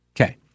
Okay